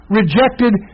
rejected